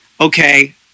Okay